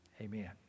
Amen